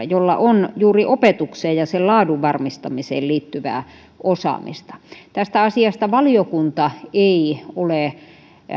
jolla on juuri opetukseen ja sen laadun varmistamiseen liittyvää osaamista tästä asiasta valiokunta ei ole